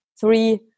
three